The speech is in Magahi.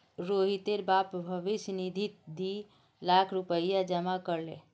रोहितेर बाप भविष्य निधित दी लाख रुपया जमा कर ले